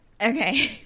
Okay